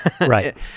Right